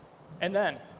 and then,